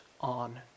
on